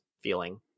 feeling